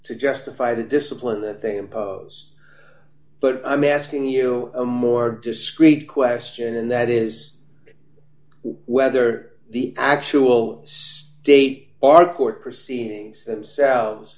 to justify the discipline that they impose but i'm asking you a more discreet question and that is whether the actual state or court proceedings themselves